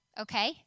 Okay